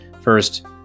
first